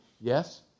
Yes